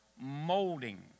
molding